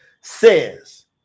says